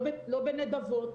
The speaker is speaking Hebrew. לא בנדבות,